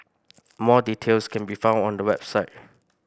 more details can be found on the website